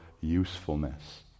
usefulness